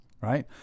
right